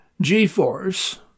G-force